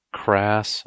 crass